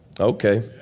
Okay